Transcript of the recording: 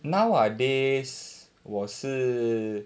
nowadays 我是